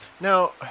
Now